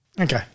Okay